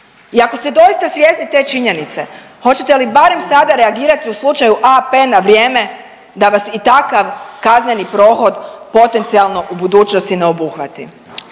I ako ste doista svjesni te činjenice hoćete li barem sada reagirati u slučaju AP-e na vrijeme da vas i takav kazneni prohod potencijalno u budućnosti ne obuhvati?